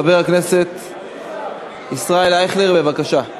חבר הכנסת ישראל אייכלר, בבקשה.